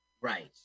right